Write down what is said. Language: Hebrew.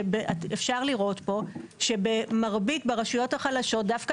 שאפשר לראות פה שבמרבית מהרשויות החלשות דווקא